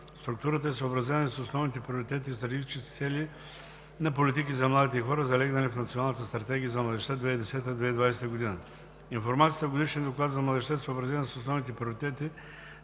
Структурата е съобразена и с основните приоритети и стратегически цели на политики за младите хора, залегнали в Националната стратегия за младежта 2010 – 2020 г. Информацията в Годишния доклад за младежта е съобразена с основните приоритети